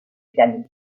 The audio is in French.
piano